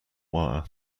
wire